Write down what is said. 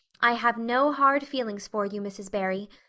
i have no hard feelings for you, mrs. barry.